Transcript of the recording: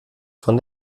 von